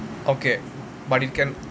okay but you can